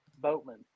Boatman